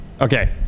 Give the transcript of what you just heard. Okay